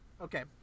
Okay